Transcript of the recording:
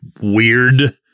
weird